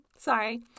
Sorry